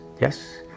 yes